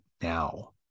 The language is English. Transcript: now